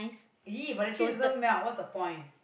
ee but the cheese doesn't melt what's the point